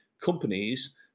companies